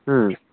হুম